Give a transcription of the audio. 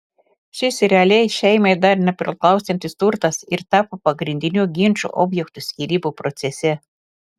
šis realiai šeimai dar nepriklausantis turtas ir tapo pagrindiniu ginčo objektu skyrybų procese